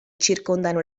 circondano